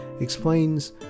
explains